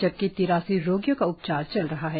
जबकि तिरासी रोगियों का उपचार चल रहा है